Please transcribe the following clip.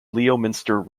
leominster